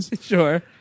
Sure